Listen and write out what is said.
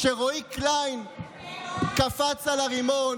כשרועי קליין קפץ על הרימון,